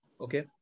okay